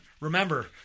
remember